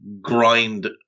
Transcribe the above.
grind